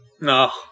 No